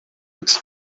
its